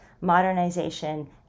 Modernization